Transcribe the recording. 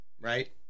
right